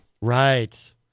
Right